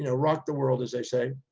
you know rocked the world, as they say,